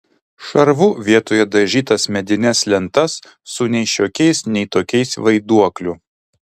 šarvu vietoje dažytas medines lentas su nei šiokiais nei tokiais vaiduokliu